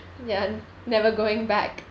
ya never going back